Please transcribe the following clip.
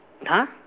huh